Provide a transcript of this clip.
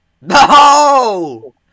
No